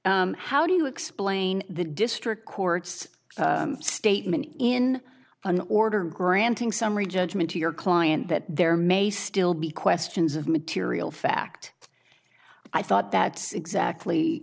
how do you explain the district court's statement in an order granting summary judgment to your client that there may still be questions of material fact i thought that exactly